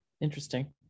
interesting